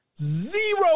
zero